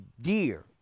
Deer